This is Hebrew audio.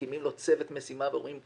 שמקימים לו צוות משימה ואומרים קדימה,